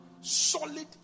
solid